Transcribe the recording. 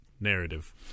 narrative